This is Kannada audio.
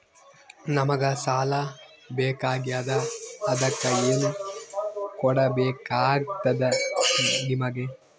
ನಮಗ ಸಾಲ ಬೇಕಾಗ್ಯದ ಅದಕ್ಕ ಏನು ಕೊಡಬೇಕಾಗ್ತದ ನಿಮಗೆ?